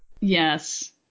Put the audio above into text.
Yes